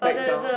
back down